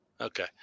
Okay